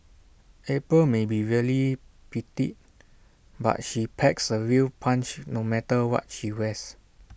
April may be really petite but she packs A real punch no matter what she wears